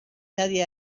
nadie